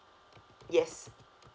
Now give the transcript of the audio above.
yes